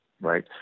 right